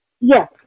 Yes